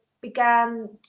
began